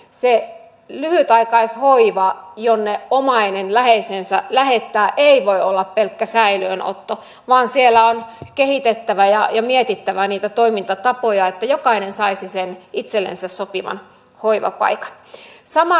se lyhytaikaishoiva jonne omainen läheisensä lähettää ei voi olla pelkkä säilöönotto vaan siellä on kehitettävä ja mietittävä niitä toimintatapoja että jokainen saisi sen itsellensä sopivan hoivapaikan